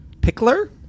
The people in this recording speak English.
Pickler